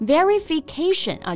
Verification